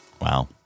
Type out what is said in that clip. Wow